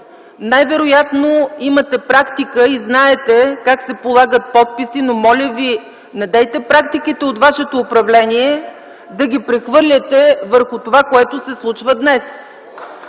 Най-вероятно имате практика и знаете как се полагат подписи, но моля Ви, недейте практиките от Вашето управление да ги прехвърляте върху това, което се случва днес!